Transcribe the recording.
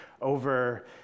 over